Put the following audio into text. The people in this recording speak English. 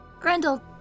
Grendel